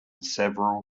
several